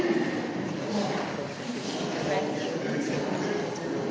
Hvala